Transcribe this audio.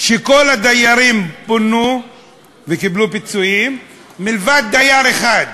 כל הדיירים פונו וקיבלו פיצויים, מלבד דייר אחד.